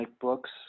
books